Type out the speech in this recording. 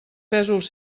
pèsols